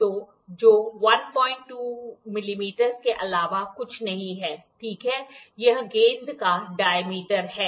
तो जो 12 मिलीमीटर के अलावा कुछ नहीं है ठीक है यह गेंद का डायमीटर है